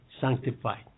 sanctified